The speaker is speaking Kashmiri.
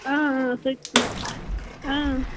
آ آ سُہ تہِ چھُ آ